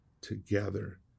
together